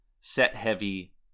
set-heavy